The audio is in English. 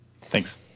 Thanks